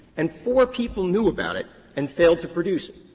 and four people knew about it and failed to produce it.